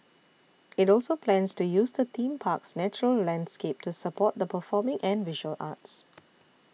it also plans to use the theme park's natural landscape to support the performing and visual arts